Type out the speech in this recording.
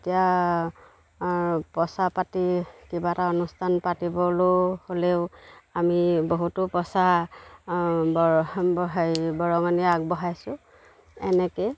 এতিয়া পইছা পাতি কিবা এটা অনুষ্ঠান পাতিবলৈও হ'লেও আমি বহুতো পইছা হেৰি বৰঙণি আগবঢ়াইছোঁ এনেকৈয়ে